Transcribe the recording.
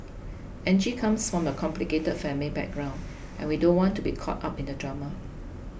Angie comes from a complicated family background and we don't want to be caught up in the drama